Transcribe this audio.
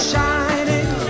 shining